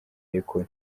ariko